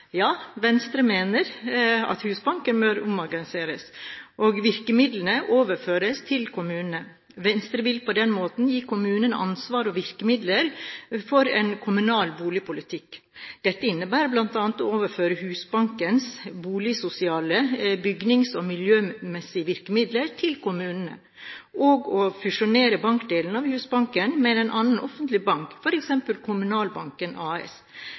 Ja, Venstre mener at Husbanken bør omorganiseres, og at virkemidlene må overføres til kommunene. Venstre vil på den måten gi kommunene ansvar og virkemidler for en kommunal boligpolitikk. Dette innebærer bl.a. å overføre Husbankens boligsosiale, bygnings- og miljømessige virkemidler til kommunene og å fusjonere bankdelen av Husbanken med en annen offentlig bank, f.eks. Kommunalbanken AS.